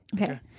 Okay